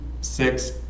six